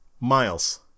miles